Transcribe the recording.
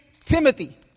Timothy